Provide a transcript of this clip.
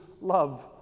love